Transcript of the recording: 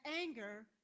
anger